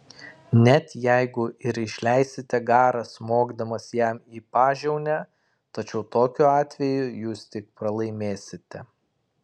net jeigu ir išleisite garą smogdamas jam į pažiaunę tačiau tokiu atveju jūs tik pralaimėsite